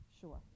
Sure